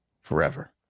forever